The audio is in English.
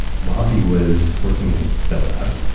while he was working at bell labs,